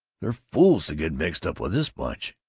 they're fools to get mixed up with this bunch.